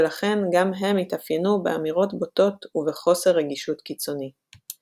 ולכן גם הם התאפיינו באמירות בוטות ובחוסר רגישות קיצוני.